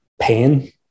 pain